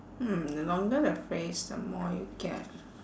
hmm the longer the phrase the more you get